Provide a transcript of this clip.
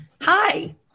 Hi